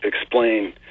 explain